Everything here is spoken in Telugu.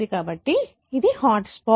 కాబట్టి అది హాట్స్పాట్